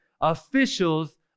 officials